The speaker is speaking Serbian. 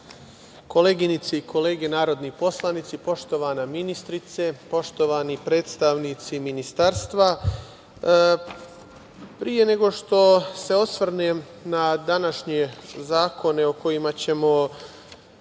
koleginice i kolege narodni poslanici, poštovana ministarko, poštovani predstavnici Ministarstva pre nego što se osvrnem na današnje zakone o kojima ćemo